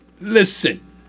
listen